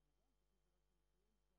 זאת גאווה גדולה שאתה מעמודי התווך של יש עתיד.